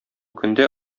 көндә